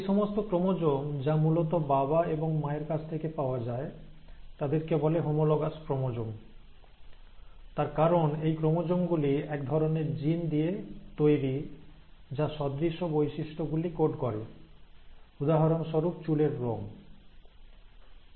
সেই সমস্ত ক্রোমোজোম যা মূলত বাবা এবং মায়ের কাছ থেকে পাওয়া যায় তাদেরকে বলে হোমোলোগাস ক্রোমোজোম তার কারণ এই ক্রোমোজোম গুলি এক ধরনের জিন দিয়ে তৈরি যা সদৃশ বৈশিষ্ট্যগুলি কোড করে উদাহরণস্বরূপ চুলের রং